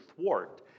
thwart